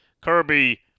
Kirby